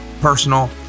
personal